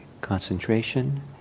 concentration